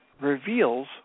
reveals